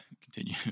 continue